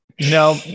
No